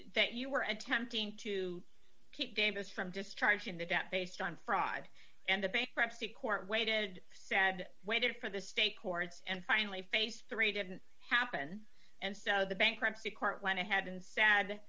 that you were attempting to keep davis from just charging the debt based on fraud and the bankruptcy court waited sad waited for the state courts and finally phase three didn't happen and so the bankruptcy court went ahead and sad